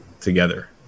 together